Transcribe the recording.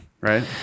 Right